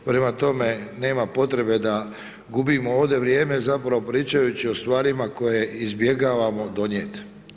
Prema tome, nema potrebe da gubimo ovdje vrijeme, zapravo, pričajući o stvarima koje izbjegavamo donijet.